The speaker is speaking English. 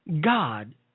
God